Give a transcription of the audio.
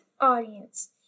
audience